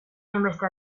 hainbeste